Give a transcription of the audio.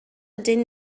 ydyn